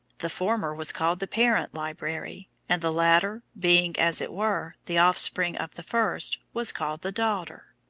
the former was called the parent library, and the latter, being, as it were, the offspring of the first, was called the daughter.